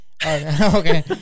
Okay